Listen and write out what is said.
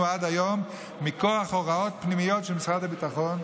עד היום מכוח הוראות פנימיות של משרד הביטחון,